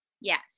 Yes